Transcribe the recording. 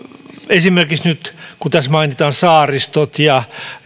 esimerkiksi nyt kun tässä mainitaan saaristot ja